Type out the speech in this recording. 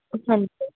ਹਾਂਜੀ